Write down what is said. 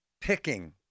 picking